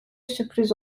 sürpriz